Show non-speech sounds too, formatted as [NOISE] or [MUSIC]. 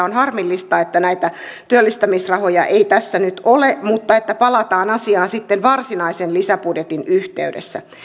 [UNINTELLIGIBLE] on harmillista että näitä työllistämisrahoja ei tässä nyt ole mutta että palataan asiaan sitten varsinaisen lisäbudjetin yhteydessä